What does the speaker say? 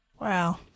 Wow